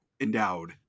endowed